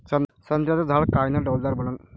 संत्र्याचं झाड कायनं डौलदार बनन?